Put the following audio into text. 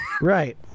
right